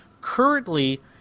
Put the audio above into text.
currently